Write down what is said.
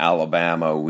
Alabama